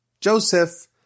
Joseph